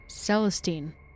Celestine